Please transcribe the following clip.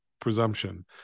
presumption